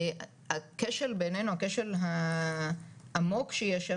טוב, אנחנו עוד נמשיך לדבר על זה בדיונים הבאים.